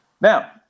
Now